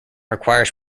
requires